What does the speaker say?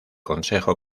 consejo